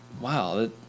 Wow